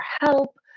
help